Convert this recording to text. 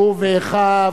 הוא ואחיו,